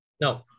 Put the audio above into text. No